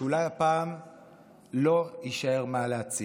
שאולי הפעם לא יישאר מה להציל,